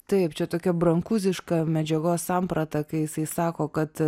taip čia tokia brankūziška medžiagos samprata kai jisai sako kad